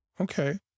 Okay